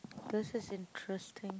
this is interesting